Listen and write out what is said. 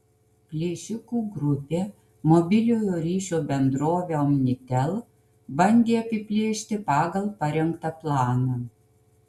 plėšikų grupė mobiliojo ryšio bendrovę omnitel bandė apiplėšti pagal parengtą planą